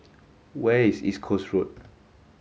where is East Coast Road